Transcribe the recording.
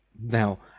Now